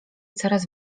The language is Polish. coraz